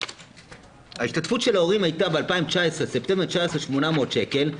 השתתפות ההורים היתה בספטמבר 2019 800 שקל.